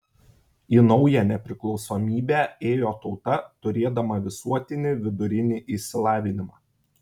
į naują nepriklausomybę ėjo tauta turėdama visuotinį vidurinį išsilavinimą